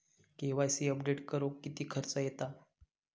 KYC update करुक किती खर्च येता?